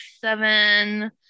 seven